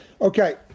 Okay